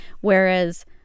Whereas